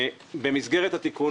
חוסר כוח אדם איכותי